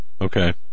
okay